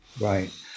Right